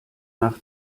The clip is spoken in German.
nach